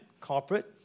corporate